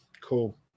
cool